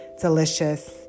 delicious